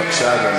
בבקשה, אדוני.